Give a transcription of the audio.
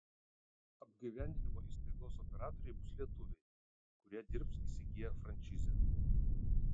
apgyvendinimo įstaigos operatoriai bus lietuviai kurie dirbs įsigiję frančizę